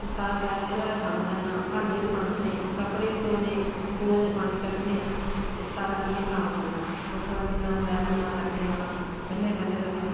ते सारा गै एह्दे पर गै कम्म करना भांडे बी मांजने कपड़े बी धोने खूहें दे पानी कड्ढने ते सारा इ'यां कम्म करना थोह्ड़ा थोह्ड़ा जिन्ना होऐ उन्ना करदे जाना बल्लें बल्लें बल्लें